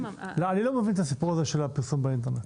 אני לא מבין את הסיפור הזה של הפרסום באינטרנט.